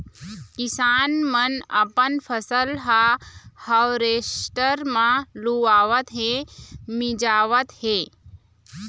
किसान मन अपन फसल ह हावरेस्टर म लुवावत हे, मिंजावत हे